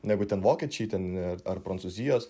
negu ten vokiečiai ten ne ar prancūzijos